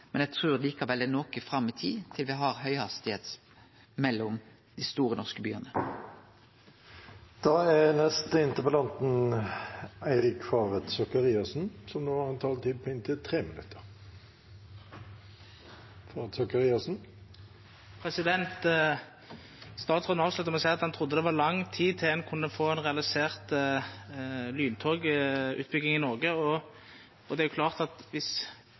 Eg trur likevel det er noko fram i tid til me har høghastigheitstog mellom dei store norske byane. Statsråden avslutta med å seia at han trudde det var lenge til ein kunne få realisert lyntogutbygging i Noreg. Det er klart at dersom samferdselsministeren har som utgangspunkt at det vil ta lang tid, tek det lang tid, for det er jo statsråden som i